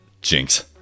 Jinx